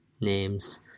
names